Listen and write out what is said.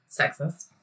sexist